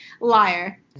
liar